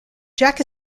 jack